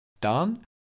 done